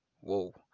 Whoa